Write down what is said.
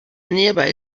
nearby